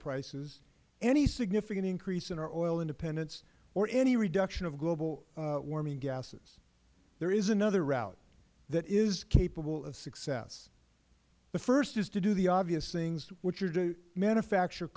prices any significant increase in our oil independence or any reduction of global warming gases there is another route that is capable of success the first is to do the obvious things which are to manufacture